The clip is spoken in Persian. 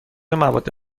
مواد